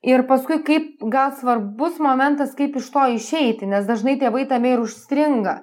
ir paskui kaip gal svarbus momentas kaip iš to išeiti nes dažnai tėvai tame ir užstringa